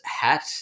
hat